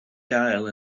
gael